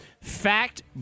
Fact